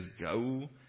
go